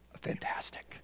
fantastic